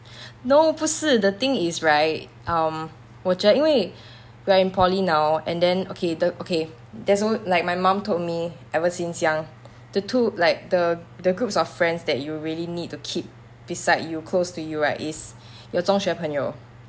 no 不是 the thing is right um 我觉因为 we're in poly now and then okay the okay there a~ like my mum told me ever since young the two like the the group of friends that you really need to keep beside you close to you right is your 中学朋友